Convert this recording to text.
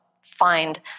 find